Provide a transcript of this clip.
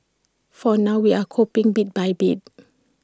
for now we're coping bit by bit